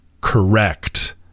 correct